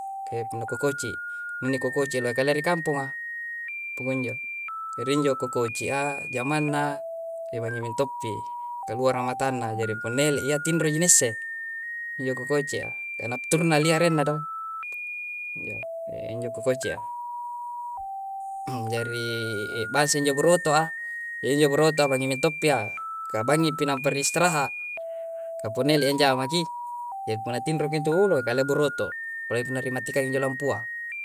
E punna kokoci'. Inni kokoci'a lohe kalea ri kamponga, pakunjo. Jari injo kokoci'a, jamanna e bangngi mintoppi na luara matanna. Jari punna ele'a iyya, tinro ji na isse, injo kokoci'a. Nokturnal iyya arenna do. injo kokoci'a. jariii bansa injo buroto'a, injo buroto'a bangngi mintoppia. Ka bangngi pi nampa ri istrahat. Ka punna ele'iyya, anjamaki. Jari punna tinro ki intu, uuwh lohe kalea' buroto'. Apalagi punna rimatikangi injo lampua.